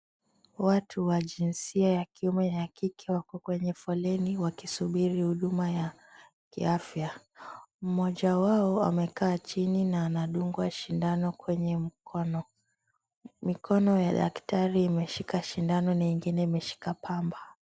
Watu wa jinsia ya kiume na ya kike wako kwenye foleni wakisubiri huduma ya kiafya. Mmoja wao amekaa chini na anadungwa sindano kwenye mkono. Mikono ya daktari imeshika sindano na ingine imeshika pamba.